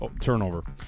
turnover